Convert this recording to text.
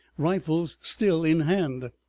rifles still in hand.